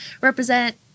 represent